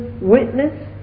witness